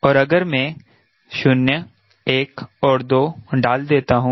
और अगर मैं 0 1 और 2 डाल देता हूं